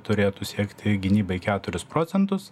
turėtų siekti gynybai keturis procentus